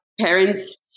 Parents